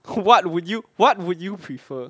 what would you what would you prefer